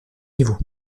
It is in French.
niveau